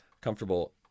comfortable